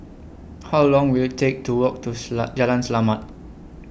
How Long Will IT Take to Walk to Jalan Selamat